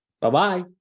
Bye-bye